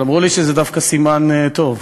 אבל אמרו לי שזה דווקא סימן טוב.